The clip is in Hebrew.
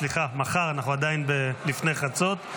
אנחנו עדיין לפני חצות,